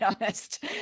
honest